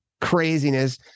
craziness